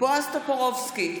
בועז טופורובסקי,